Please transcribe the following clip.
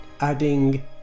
Adding